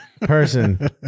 person